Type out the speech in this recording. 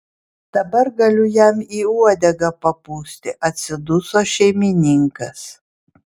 dabar galiu jam į uodegą papūsti atsiduso šeimininkas